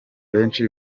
benshi